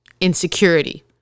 insecurity